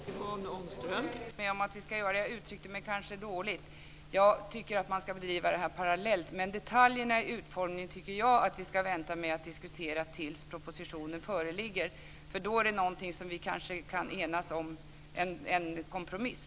Fru talman! Jag håller med om att vi ska göra det. Jag uttryckte mig kanske dåligt. Jag tycker att man ska bedriva detta parallellt. Men jag tycker att vi ska vänta med att diskutera detaljerna i utformningen tills propositionen föreligger. Då kan vi kanske enas om en kompromiss.